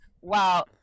Wow